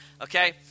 Okay